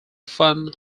fun